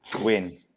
Win